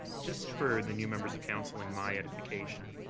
just for the new members of council and my edification,